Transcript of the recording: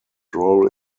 role